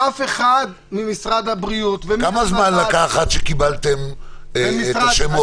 אף אחד ממשרד הבריאות --- כמה זמן לקח עד שקיבלתם את השמות?